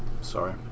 sorry